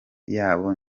yabo